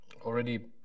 already